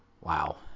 wow